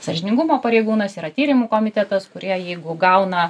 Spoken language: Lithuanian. sąžiningumo pareigūnas yra tyrimų komitetas kurie jeigu gauna